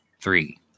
Three